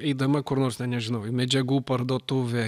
eidama kur nors ten nežinau į medžiagų parduotuvę